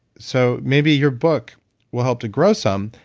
so maybe your book will help to grow some.